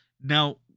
Now